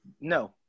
No